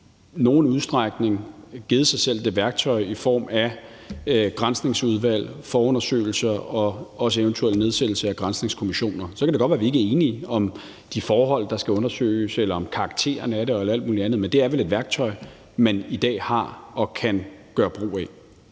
nogen udstrækning givet sig selv det værktøj i form af granskningsudvalg, forundersøgelser og også eventuel nedsættelse af granskningskommissioner. Så kan det godt være, vi ikke er enige om de forhold, der skal undersøges, eller om karakteren af det eller alt muligt andet, men det er vel et værktøj, man i dag har og kan gøre brug af.